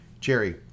Jerry